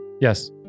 Yes